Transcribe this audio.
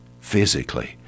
physically